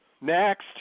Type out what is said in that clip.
next